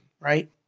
Right